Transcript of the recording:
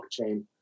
blockchain